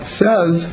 says